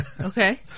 okay